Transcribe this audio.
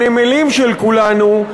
הנמלים של כולנו,